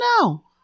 no